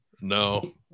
No